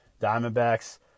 Diamondbacks